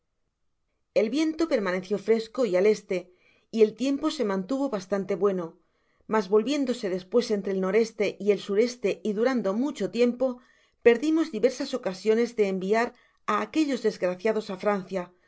el viento permaneció fresco y al e y el tiempo se mantuvo bastante bueno mas volviéndose despues entre el n e y el s e y durando mucho tiempo perdimos diversas ocasiones de enviar á aquéllos desgraciados á francia